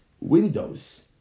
windows